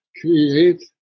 create